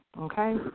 Okay